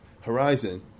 horizon